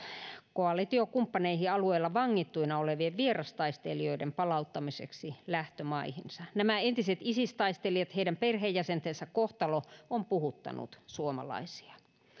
koalitiokumppaneihin alueella vangittuina olevien vierastaistelijoiden palauttamiseksi lähtömaihinsa nämä entiset isis taistelijat ja heidän perheenjäsentensä kohtalo ovat puhuttaneet suomalaisia